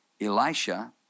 Elisha